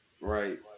right